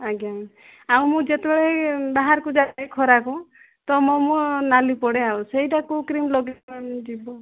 ଆଜ୍ଞା ଆଉ ମୁଁ ଯେତେବେଳେ ଏଇ ବାହାରକୁ ଯାଏ ଏଇ ଖରାକୁ ତ ମୋ ମୁଁହ ନାଲି ପଡ଼େ ଆଉ ସେଇଟା କୋଉ କ୍ରିମ ଲଗେଇଲେ ମ୍ୟାମ ଯିବ